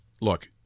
Look